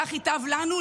כך ייטב לנו,